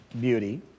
beauty